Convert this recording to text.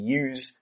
use